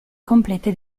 complete